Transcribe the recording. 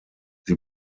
sie